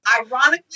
Ironically